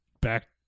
back